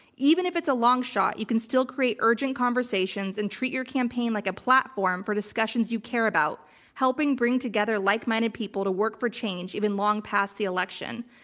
even if it's a long shot, you can still create urgent conversations and treat your campaign like a platform for discussions you care about helping bring together like-minded people to work for change even long past the election.